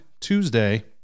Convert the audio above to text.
Tuesday